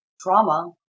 trauma